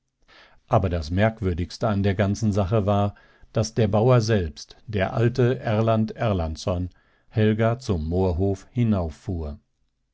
aber das merkwürdigste an der ganzen sache war daß der bauer selbst der alte erland erlandsson helga zum moorhof